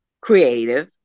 creative